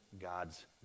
God's